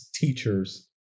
teachers